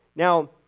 Now